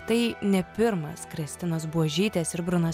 tai ne pirmas kristinos buožytės ir bruno